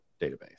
database